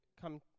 come